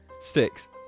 sticks